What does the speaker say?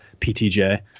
PTJ